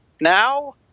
now